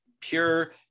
pure